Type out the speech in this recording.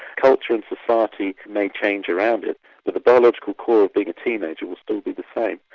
culture and society may change around it but the biological core of being a teenager will still be the same.